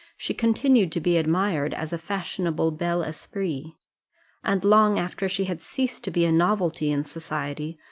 she continued to be admired as a fashionable bel esprit and long after she had ceased to be a novelty in society,